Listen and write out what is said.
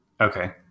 Okay